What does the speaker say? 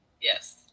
Yes